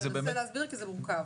תנסה להסביר, כי זה מורכב.